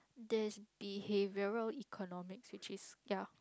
there's behavioral economics which is ya